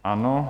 Ano.